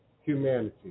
humanity